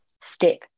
step